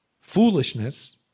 foolishness